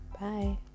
Bye